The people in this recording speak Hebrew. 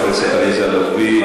חברת הכנסת עליזה לביא,